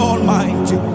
Almighty